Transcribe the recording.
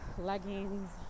leggings